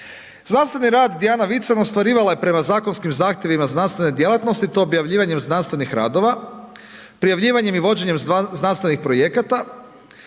Znanstveni rad Dijana Vican ostvarivala je prema zakonskim zahtjevima znanstvene djelatnosti, to objavljivanjem znanstvenih radova, prijavljivanjem i vođenjem znanstvenih projekata,